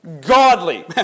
godly